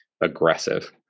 aggressive